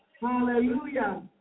Hallelujah